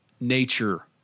nature